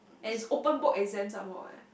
and it's open book exam some more eh